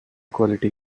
quality